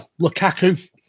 Lukaku